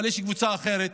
אבל יש קבוצה אחרת